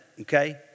okay